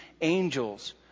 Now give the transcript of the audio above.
angels